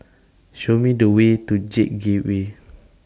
Show Me The Way to J Gateway